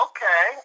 Okay